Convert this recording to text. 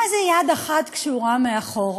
מה זה "יד אחת קשורה מאחור"?